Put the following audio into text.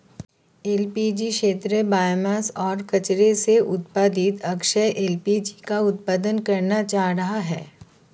LPG क्षेत्र biomass और कचरे से उत्पादित अक्षय एल.पी.जी का उत्पादन करना चाह रहा है